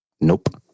Nope